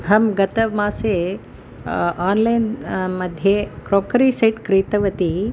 अहं गतमासे आन्लैन्मध्ये क्रोक्रिसेट् क्रीतवती